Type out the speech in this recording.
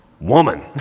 Woman